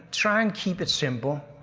try and keep it simple,